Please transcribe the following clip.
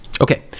Okay